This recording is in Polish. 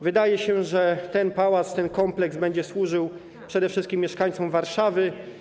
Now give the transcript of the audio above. Wydaje się, że ten pałac, ten kompleks będzie służył przede wszystkim mieszkańcom Warszawy.